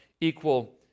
equal